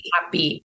happy